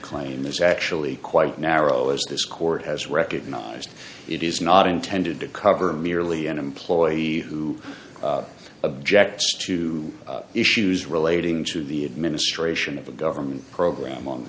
claim is actually quite narrow as this court has recognized it is not intended to cover merely an employee who objects to issues relating to the administration of a government program on the